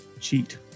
cheat